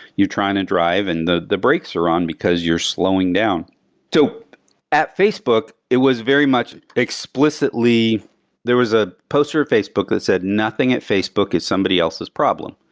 you're trying to drive and the the brakes are on, because you're slowing down so at facebook, it was very much explicitly there was a poster of facebook that said, nothing at facebook is somebody else's problem.